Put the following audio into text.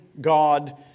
God